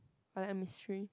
I like mystery